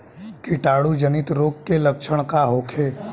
कीटाणु जनित रोग के लक्षण का होखे?